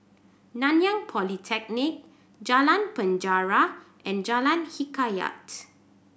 Nanyang Polytechnic Jalan Penjara and Jalan Hikayat